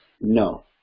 no